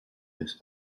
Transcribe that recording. his